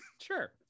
sure